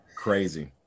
crazy